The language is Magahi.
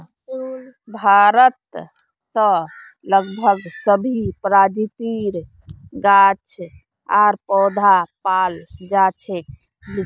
भारतत लगभग सभी प्रजातिर गाछ आर पौधा पाल जा छेक